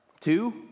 Two